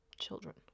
children